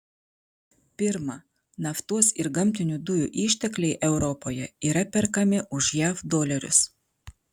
pirma naftos ir gamtinių dujų ištekliai europoje yra perkami už jav dolerius